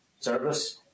service